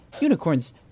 Unicorns